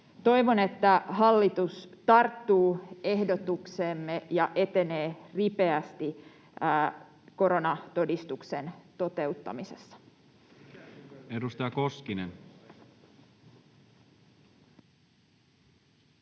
Toivon, että hallitus tarttuu ehdotukseemme ja etenee ripeästi koronatodistuksen toteuttamisessa. [Speech